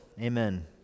Amen